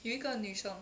有一个女生